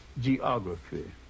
geography